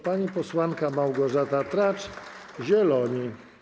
Pani posłanka Małgorzata Tracz, Zieloni.